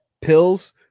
Pills